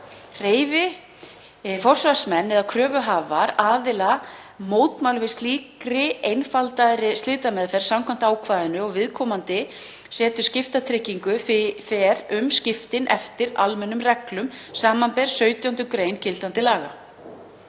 Hreyfi forsvarsmenn eða kröfuhafar aðila mótmælum við slíkri einfaldaðri slitameðferð samkvæmt ákvæðinu og viðkomandi setur skiptatryggingu þá fer um skiptin eftir almennum reglum, sbr. 17. gr. gildandi laga.